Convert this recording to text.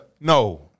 No